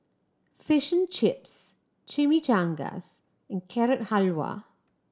Fish Chips Chimichangas and Carrot Halwa